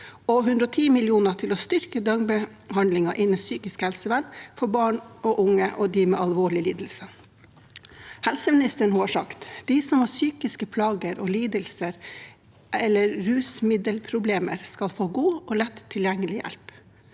og 110 mill. kr til å styrke døgnbehandlingen innen psykisk helsevern for barn og unge og dem med alvorlige lidelser. Helseministeren har sagt: «De som har psykiske plager og lidelser eller rusmiddelproblemer skal få god og lett tilgjengelig hjelp.»